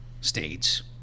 states